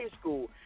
school